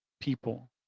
people